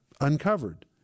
uncovered